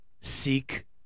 Seek